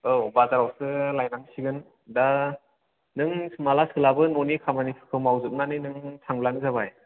औ बाजारावसो लायनांसिगोन दा नों माला सोलाबो न'नि खामानिफोरखौ मावजोबनानै नों थांब्लानो जाबाय